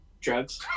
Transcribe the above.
drugs